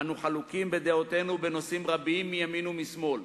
אנו חלוקים בדעותינו בנושאים רבים, מימין ומשמאל,